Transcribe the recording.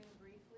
briefly